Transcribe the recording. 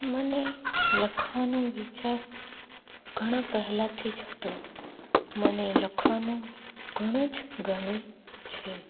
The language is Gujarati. મને લખવાનો વિચાર ઘણા પહેલાંથી જ હતો મને લખવાનું ઘણું જ ગમે છે